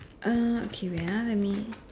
uh okay wait ah let me